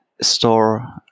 store